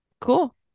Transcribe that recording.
cool